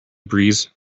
breeze